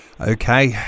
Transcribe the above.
Okay